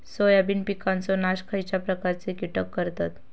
Soybean पिकांचो नाश खयच्या प्रकारचे कीटक करतत?